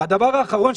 והדבר האחרון.